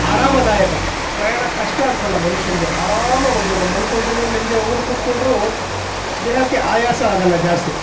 ಆರಾಮದಾಯಕ ಪ್ರಯಾಣ ಕಷ್ಟ ಅನ್ನಿಸೋಲ್ಲ ಮನುಷ್ಯನಿಗೆ ಆರಾಮಾಗಿ ಹೋಗಬಹುದು ಮಲ್ಕೊಂಡ್ರೂ ನೆಮ್ಮದಿಯಾಗಿ ಹೋಗಬಹುದು ಕೂತ್ಕೊಂಡ್ರೂ ದೇಹಕ್ಕೆ ಆಯಾಸ ಆಗಲ್ಲ ಜಾಸ್ತಿ